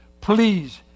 Please